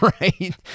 right